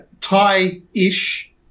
Thai-ish